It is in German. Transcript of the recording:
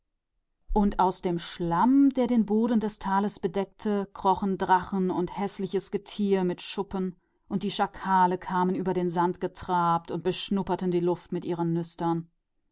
und aus dem schlamm auf dem grunde des tales krochen drachen und scheußliche tiere mit schuppen und die schakale kamen den sand entlanggelaufen und zogen die luft in ihre nüstern